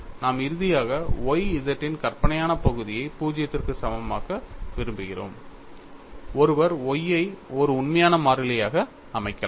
நாம் இறுதியாக Y z இன் கற்பனையான பகுதியை 0 க்கு சமமாக விரும்புகிறோம் ஒருவர் Y ஐ ஒரு உண்மையான மாறிலியாக அமைக்கலாம்